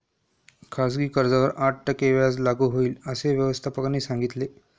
खाजगी कर्जावर आठ टक्के व्याज लागू होईल, असे व्यवस्थापकाने सांगितले